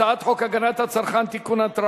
הצעת חוק הגנת הצרכן (תיקון,